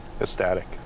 Ecstatic